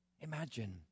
Imagine